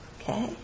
Okay